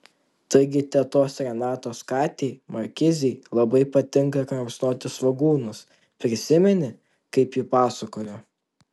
taigi tetos renatos katei markizei labai patinka kramsnoti svogūnus prisimeni kaip ji pasakojo